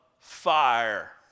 Fire